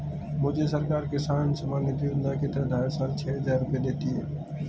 मुझे सरकार किसान सम्मान निधि योजना के तहत हर साल छह हज़ार रुपए देती है